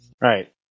Right